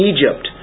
Egypt